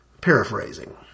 paraphrasing